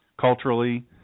Culturally